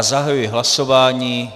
Zahajuji hlasování.